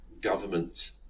government